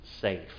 safe